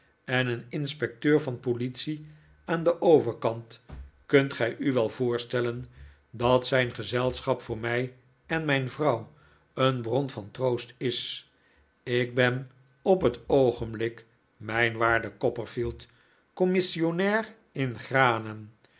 en een inspecteur van politie aan den overkant kunt gij u wel voorstellen dat zijn gezelschap voor mij en mijn vrouw een bron van troost is ik ben op het oogenblik mijn waarde copperfield commissionnair i granen